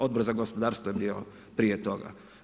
Odbor za gospodarstvo je bio prije toga.